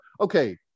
okay